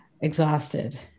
exhausted